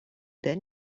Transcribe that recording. then